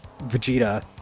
Vegeta